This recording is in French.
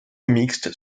mixte